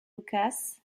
lukas